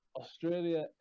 australia